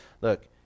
look